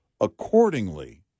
accordingly